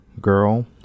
girl